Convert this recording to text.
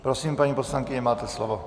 Prosím, paní poslankyně, máte slovo.